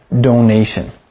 donation